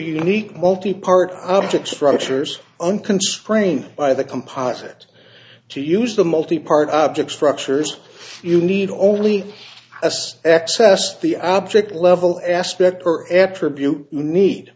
unique multipart objects structures unconstrained by the composite to use the multipart object structures you need only access the object level aspect or attribute